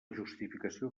justificació